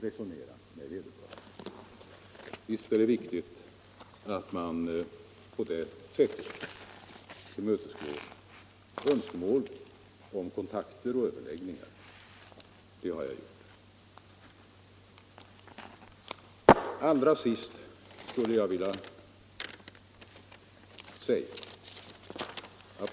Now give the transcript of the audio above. Det är naturligtvis viktigt att man så långt som möjligt på det sättet tillmötesgår önskemål om kontakter och överläggningar.